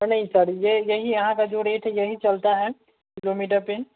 नहीं सर यह यही यहाँ का जो रेट यही चलता है किलोमीटर पर